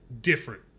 different